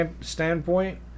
standpoint